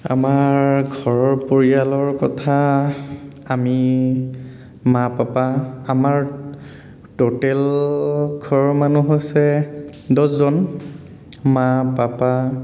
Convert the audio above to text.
আমাৰ ঘৰৰ পৰিয়ালৰ কথা আমি মা পাপা আমাৰ ট'টেল ঘৰৰ মানুহ হৈছে দহজন মা পাপা